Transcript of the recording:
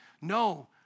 No